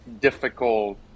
difficult